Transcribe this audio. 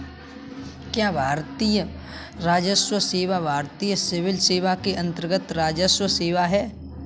क्या भारतीय राजस्व सेवा भारतीय सिविल सेवा के अन्तर्गत्त राजस्व सेवा है?